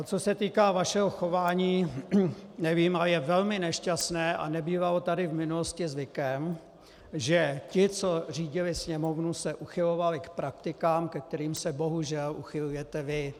Co se týká vašeho chování, nevím, a je velmi nešťastné a nebývalo tady v minulosti zvykem, že ti, co řídili sněmovnu, se uchylovali k praktikám, ke kterým se bohužel uchylujete vy.